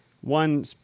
one